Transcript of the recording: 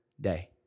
day